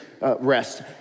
rest